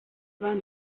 waren